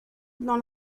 dans